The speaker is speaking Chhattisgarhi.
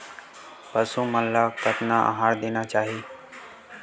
पशु मन ला कतना आहार देना चाही?